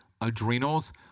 adrenals